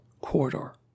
corridor